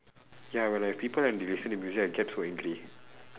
ya when like people like to listen to music I get so angry